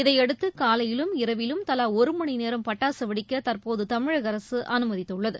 இதையடுத்து காலையிலும் இரவிலும் தலா ஒரு மணி நேரம் பட்டாசு வெடிக்க தற்போது தமிழக அரசு அனுமதித்துள்ளது